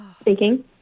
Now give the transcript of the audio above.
Speaking